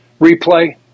replay